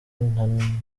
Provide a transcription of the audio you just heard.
none